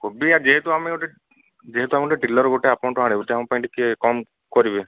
କୋବି ଯେହେତୁ ଆମେ ଗୋଟେ ଯେହେତୁ ଆମେ ଡିଲର ଗୋଟେ ଆପଣଙ୍କଠାରୁ ଆଣିବୁ ତ ଆମ ପାଇଁ ଟିକେ କମ୍ କରିବେ